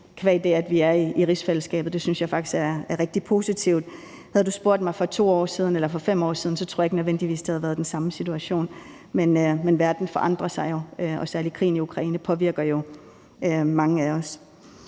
qua det, at vi er i rigsfællesskabet. Det synes jeg faktisk er rigtig positivt. Havde du spurgt mig for 2 år siden eller for 5 år siden, tror jeg ikke nødvendigvis, det havde været den samme situation. Men verden forandrer sig jo, og særlig krigen i Ukraine påvirker jo mange af os.